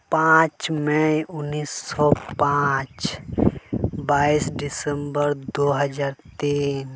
ᱯᱟᱸᱪ ᱢᱮ ᱩᱱᱤᱥᱥᱚ ᱯᱟᱸᱪ ᱵᱟᱭᱤᱥ ᱰᱤᱥᱮᱢᱵᱚᱨ ᱫᱩ ᱦᱟᱡᱟᱨ ᱛᱤᱱ